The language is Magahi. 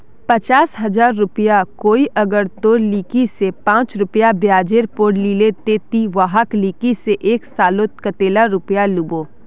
पचास हजार रुपया कोई अगर तोर लिकी से पाँच रुपया ब्याजेर पोर लीले ते ती वहार लिकी से एक सालोत कतेला पैसा लुबो?